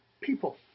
people